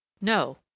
No